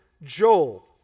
Joel